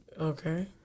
Okay